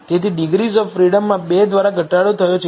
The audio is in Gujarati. તેથી ડિગ્રીઝ ઓફ ફ્રીડમમાં 2 દ્વારા ઘટાડો થયો છે